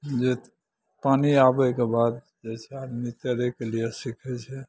जे पानि आबैके बाद जे छै आदमी तैरैके लिए सिखै छै